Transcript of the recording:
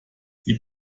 die